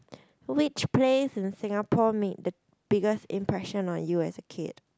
which place in Singapore make the biggest impression on you as a kid